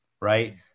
Right